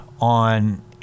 on